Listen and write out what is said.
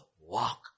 walk